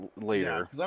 later